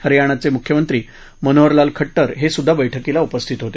हरयाणाचे मुख्यमंत्री मनोहरलाल खट्टर हेसुद्धा बैठकीला उपस्थित होते